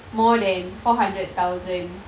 more than four hundred thousand